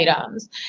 items